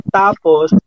tapos